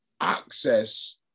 access